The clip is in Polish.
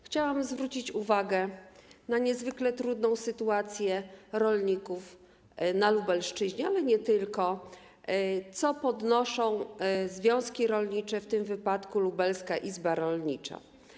Chciałam zwrócić uwagę na niezwykle trudną sytuację rolników na Lubelszczyźnie, ale nie tylko, co podnoszą związki rolnicze, w tym wypadku Lubelska Izba Rolnicza.